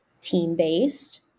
team-based